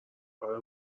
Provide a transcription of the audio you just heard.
آره